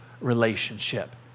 relationship